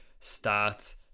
start